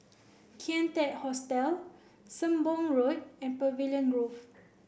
Kian Teck Hostel Sembong Road and Pavilion Grove